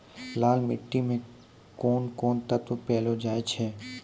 लाल मिट्टी मे कोंन कोंन तत्व पैलो जाय छै?